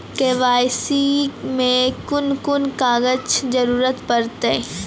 KYC मे कून कून कागजक जरूरत परतै?